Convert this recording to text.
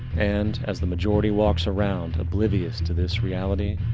and, as the majority walks around oblivious to this reality,